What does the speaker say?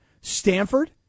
Stanford